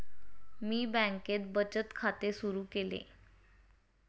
मी बँकेत बचत खाते सुरु केले